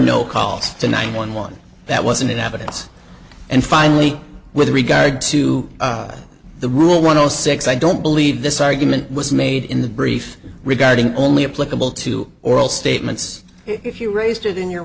no calls to nine one one that wasn't in evidence and finally with regard to the rule one o six i don't believe this argument was made in the brief regarding only a political two oral statements if you raised it in your